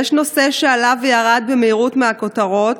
יש נושא שעלה וירד במהירות מהכותרות,